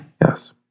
Yes